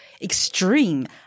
extreme